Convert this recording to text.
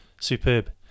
Superb